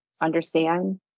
understand